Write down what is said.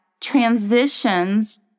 transitions